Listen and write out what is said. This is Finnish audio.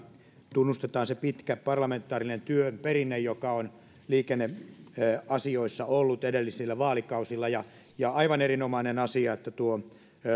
tunnustetaan se pitkä parlamentaarisen työn perinne joka on liikenneasioissa ollut edellisillä vaalikausilla ja ja aivan erinomainen asia että tuo